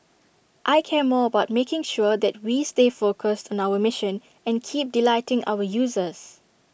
I care more about making sure that we stay focused on our mission and keep delighting our users